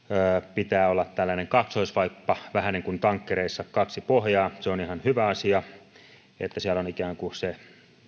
pitää olla tällainen kaksoisvaippa vähän niin kuin tankkereissa kaksi pohjaa se on ihan hyvä asia että siellä on ikään kuin se